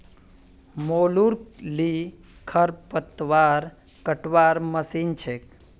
मोलूर ली खरपतवार कटवार मशीन छेक